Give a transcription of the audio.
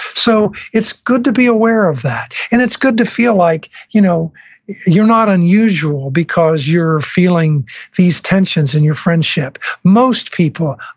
so it's good to be aware of that. and it's good to feel like you know you're not unusual because you're feeling these tensions in your friendship. most people,